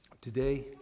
Today